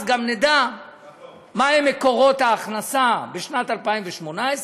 אז גם נדע מהם מקורות ההכנסה בשנת 2018,